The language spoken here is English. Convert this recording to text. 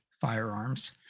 firearms